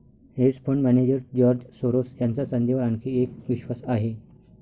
hedge fund manager George Soros यांचा चांदीवर आणखी एक विश्वास आहे